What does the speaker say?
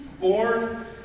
Born